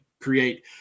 create